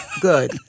Good